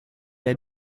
est